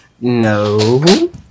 No